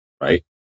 right